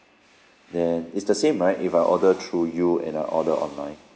then it's the same right if I order through you and I order online